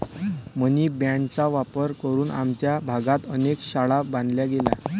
मनी बाँडचा वापर करून आमच्या भागात अनेक शाळा बांधल्या गेल्या